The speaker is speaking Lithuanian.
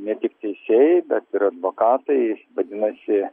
ne tik teisėjai bet ir advokatai vadinasi